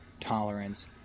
tolerance